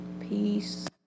peace